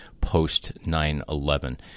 post-9-11